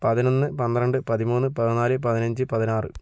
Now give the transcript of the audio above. പതിനൊന്ന് പന്ത്രണ്ട് പതിമൂന്ന് പതിനാല് പതിനഞ്ച് പതിനാറ്